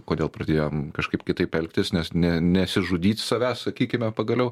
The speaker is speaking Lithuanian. kodėl pradėjom kažkaip kitaip elgtis nes ne nesižudyt savęs sakykime pagaliau